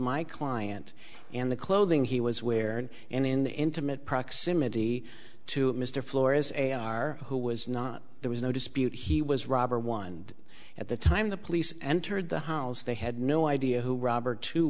my client and the clothing he was wearing and in the intimate proximity to mr floor is a are who was not there was no dispute he was robber one at the time the police entered the house they had no idea who robert t